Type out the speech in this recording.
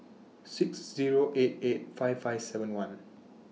six Zero eight eight five five seven one